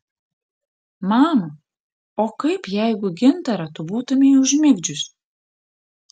mama o kaip jeigu gintarą tu būtumei užmigdžius